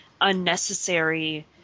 unnecessary